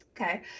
Okay